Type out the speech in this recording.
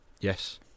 Yes